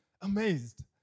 amazed